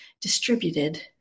distributed